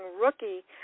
rookie